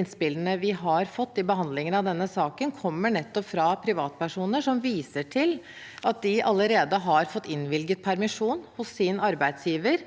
innspillene vi har fått i forbindelse med behandlingen av denne saken, kommer nettopp fra privatpersoner som viser til at de allerede har fått innvilget permisjon hos sin arbeidsgiver,